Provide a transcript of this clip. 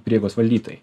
prieigos valdytojai